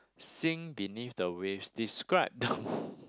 sing beneath the wave describe the